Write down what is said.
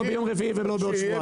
לא ביום רביעי ולא בעוד שבועיים.